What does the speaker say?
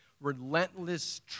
relentless